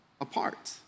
apart